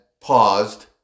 paused